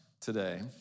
today